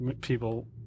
people